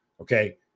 okay